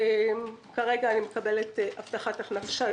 כרגע אני מקבלת הבטחת הכנסה.